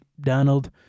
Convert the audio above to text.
Donald